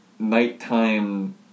nighttime